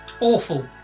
awful